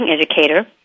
educator